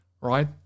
Right